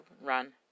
run